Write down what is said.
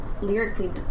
lyrically